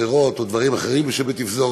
פירות או דברים אחרים שבתפזורת